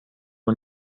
man